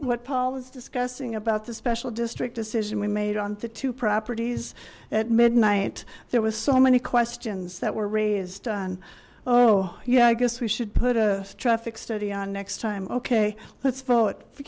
what paul is discussing about the special district decision we made on the two properties at midnight there was so many questions that were raised oh yeah i guess we should put a traffic study on next time ok let's vote